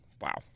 Wow